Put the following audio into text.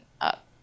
up